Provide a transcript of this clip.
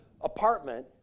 apartment